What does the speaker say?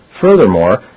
Furthermore